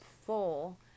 full